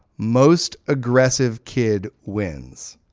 most aggressive kid wins.